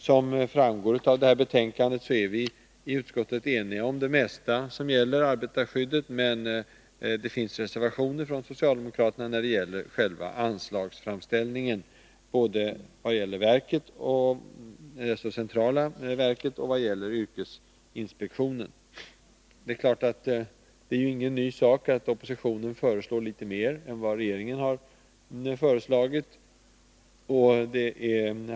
Som framgår av betänkandet är vi i utskottet eniga om det mesta som gäller arbetarskyddet, men det finns reservationer från socialdemokraterna när det gäller själva anslagsframställningen, beträffande både det centrala verket och yrkesinspektionen. Det är ju ingen ny sak att oppositionen föreslår litet mer än regeringen har med i budgeten.